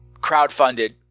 crowdfunded